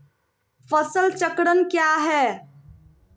फसल चक्रण क्या है?